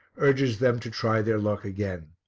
urges them to try their luck again.